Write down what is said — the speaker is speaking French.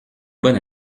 bonne